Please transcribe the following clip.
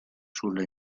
sulle